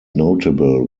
notable